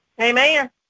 Amen